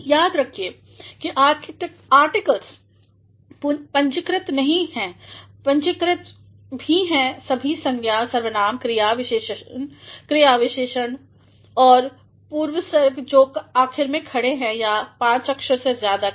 याद रखिए कि आर्टिकल्सपूंजीकृत नहीं हैं और पूंजीकृतभी हैं सभी संज्ञा सवर्नाम क्रिया क्रियाविशेषण विशेषणऔर पूर्वसर्ग जो आखिर मेंखड़े हैंया ५ अक्षर से ज्यादा के हैं